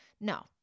no